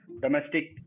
domestic